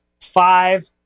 five